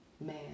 man